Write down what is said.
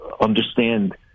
Understand